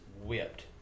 whipped